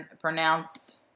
Pronounce